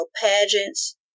pageants